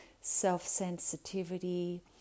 self-sensitivity